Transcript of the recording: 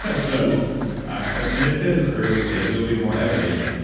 ah so and and this is early stage. they'll be more evidence,